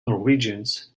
norwegians